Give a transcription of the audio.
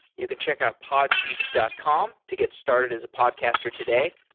you can check out podsheets dot com to get started as a podcaster today.